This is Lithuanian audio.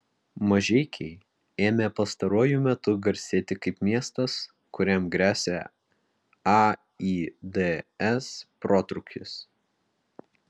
mažeikiai ėmė pastaruoju metu garsėti kaip miestas kuriam gresia aids protrūkis